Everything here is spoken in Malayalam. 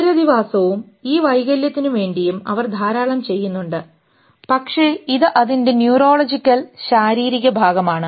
പുനരധിവാസവും ഈ വൈകല്യത്തിനു വേണ്ടിയും അവർ ധാരാളം ചെയ്യുന്നുണ്ട് പക്ഷേ ഇത് അതിൻറെ ന്യൂറോളജിക്കൽ ശാരീരിക ഭാഗമാണ്